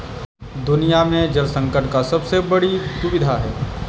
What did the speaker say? दुनिया में जल संकट का सबसे बड़ी दुविधा है